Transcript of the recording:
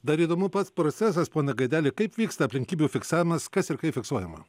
dar įdomu pats procesas pone gaideli kaip vyksta aplinkybių fiksavimas kas ir kaip fiksuojama